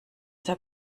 der